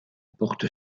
porte